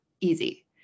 easy